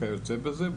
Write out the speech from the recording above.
וכיוצא בזה.